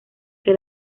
que